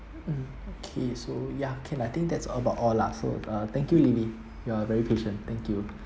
mm okay so ya can I think that's about all lah so uh thank you lily you are very patient thank you